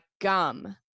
gum